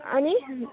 अनि